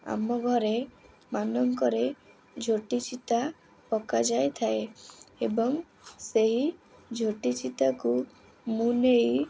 ଆମ ଘରମାନଙ୍କରେ ଝୋଟି ଚିତା ପକା ଯାଇଥାଏ ଏବଂ ସେହି ଝୋଟି ଚିତାକୁ ମୁଁ ନେଇ